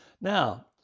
Now